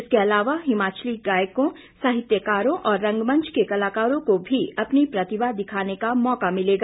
इसके अलावा हिमाचली गायकों साहित्यकारों और रंगमंच के कलाकारों को भी अपनी प्रतिभा दिखाने का मौका मिलेगा